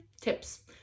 tips